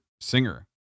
singer